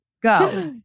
go